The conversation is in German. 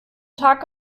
tag